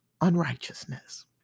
unrighteousness